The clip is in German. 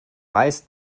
weiß